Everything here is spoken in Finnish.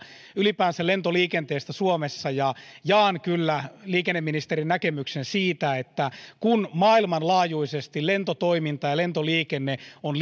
ylipäänsä lentoliikenteestä suomessa ja jaan kyllä liikenneministerin näkemyksen siitä että kun maailmanlaajuisesti lentotoiminta ja lentoliikenne on